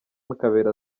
kabera